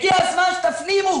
הגיע הזמן שתפנימו